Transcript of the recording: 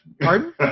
Pardon